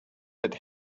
that